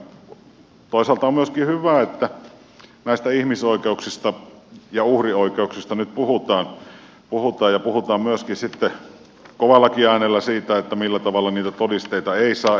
toisaalta on myöskin hyvä että näistä ihmisoikeuksista ja uhrin oikeuksista nyt puhutaan ja puhutaan myöskin sitten kovallakin äänellä siitä millä tavalla niitä todisteita ei saa etsiä